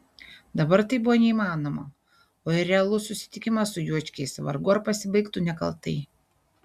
dabar tai buvo neįmanoma o ir realus susitikimas su juočkiais vargu ar pasibaigtų nekaltai